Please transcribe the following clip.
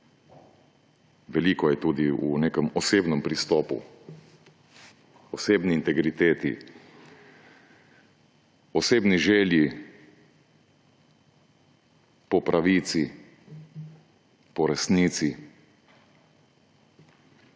veliko je tudi v nekem osebnem pristopu, osebni integriteti, osebni želji po pravici, po resnici.